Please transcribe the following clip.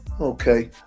okay